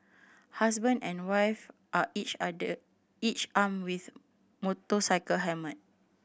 husband and wife are each each armed with motorcycle helmet